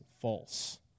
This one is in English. false